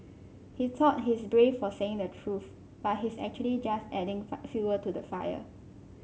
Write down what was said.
he thought he's brave for saying the truth but he's actually just adding fuel to the fire